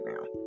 now